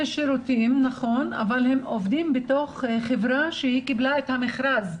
נכון אבל הם עובדים בתוך חברה שזכתה במכרז מהמדינה.